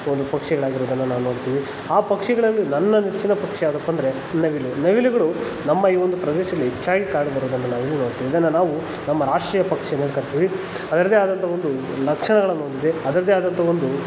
ಒಂದು ಪಕ್ಷಿಗಳಾಗಿರೋದನ್ನು ನಾವು ನೋಡ್ತೀವಿ ಆ ಪಕ್ಷಿಗಳಲ್ಲಿ ನನ್ನ ನೆಚ್ಚಿನ ಪಕ್ಷಿ ಯಾವುದಪ್ಪಾ ಅಂದರೆ ನವಿಲು ನವಿಲುಗಳು ನಮ್ಮ ಈ ಒಂದು ಪ್ರದೇಶದಲ್ಲಿ ಹೆಚ್ಚಾಗಿ ಕಾಣ್ಬರೋದನ್ನು ನಾವು ನೋಡ್ತೀವಿ ಇದನ್ನು ನಾವು ನಮ್ಮ ರಾಷ್ಟ್ರೀಯ ಪಕ್ಷಿ ಅಂತ ಕರಿತೀವಿ ಅದ್ರದ್ದೇ ಆದಂತಹ ಒಂದು ಲಕ್ಷಣಗಳನ್ನು ಹೊಂದಿದೆ ಅದ್ರದ್ದೇ ಆದಂತಹ ಒಂದು